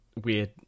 Weird